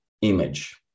image